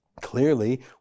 Clearly